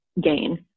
gain